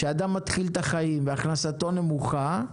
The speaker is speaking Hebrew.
כשאדם מתחיל את החיים והכנסתו נמוכה,